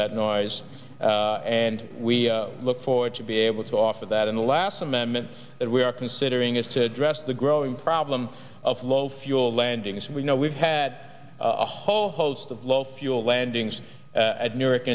that noise and we look forward to be able to offer that in the last amendments that we are considering is to address the growing problem of low fuel landings we know we've had a whole host of low fuel landings at newark